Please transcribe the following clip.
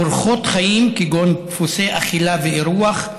באורחות חיים, כגון דפוסי אכילה ואירוח,